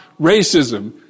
racism